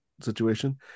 situation